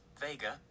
Vega